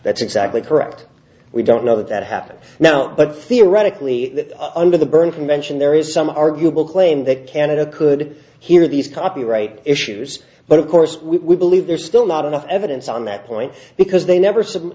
that's exactly correct we don't know that that happens now but theoretically under the berne convention there is some arguable claim that canada could hear these copyright issues but of course we believe there's still not enough evidence on that point because they never s